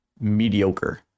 mediocre